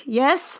yes